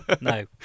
no